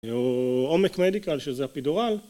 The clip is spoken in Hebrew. עומק מדיקל שזה אפידורל